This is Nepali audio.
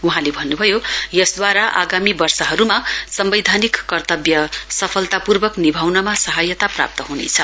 वहाँले भन्नुभयो यसद्वारा आगामी वर्षहरूमा सम्वैधानिक कर्तव्य सफलतापूर्वक निभाउनमा सहायता प्रप्त हुनेछ